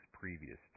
previous